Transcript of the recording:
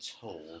told